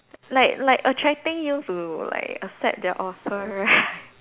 like like attracting you to like accept their offer right